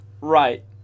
Right